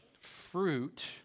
fruit